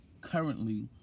currently